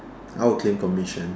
I will claim commission